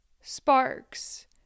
sparks